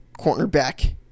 cornerback